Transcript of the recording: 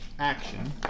Action